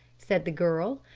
said the girl.